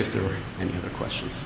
if there were any other questions